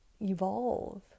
evolve